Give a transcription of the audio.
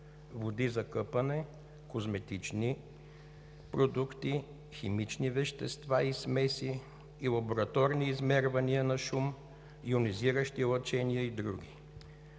води за къпане, козметични продукти, химични вещества и смеси и лабораторни измервания на шум, йонизиращи лъчения и други.